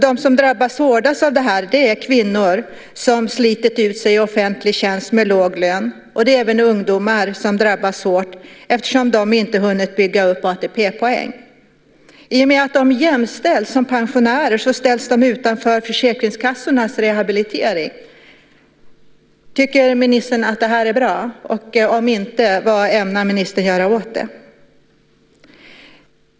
De som drabbas hårdast av det här är kvinnor som slitit ut sig i offentlig tjänst med låg lön. Det är även ungdomar som drabbas hårt, eftersom de inte har hunnit bygga upp ATP-poäng. I och med att de jämställs som pensionärer ställs de utanför försäkringskassornas rehabilitering. Tycker ministern att det är bra? Om inte, vad ämnar ministern att göra åt det?